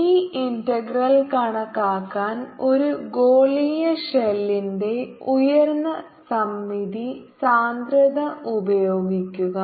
ഈ ഇന്റഗ്രൽ കണക്കാക്കാൻ ഒരു ഗോളീയ ഷെല്ലിന്റെ ഉയർന്ന സമമിതി സാന്ദ്രത ഉപയോഗിക്കുക